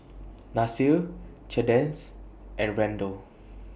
Nasir Cadence and Randel